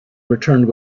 returned